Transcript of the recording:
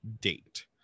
date